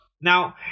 Now